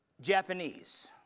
Japanese